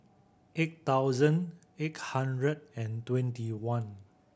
eight thousand eight hundred and twenty one